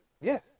Yes